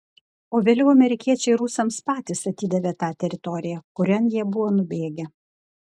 o vėliau amerikiečiai rusams patys atidavė tą teritoriją kurion jie buvo nubėgę